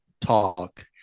talk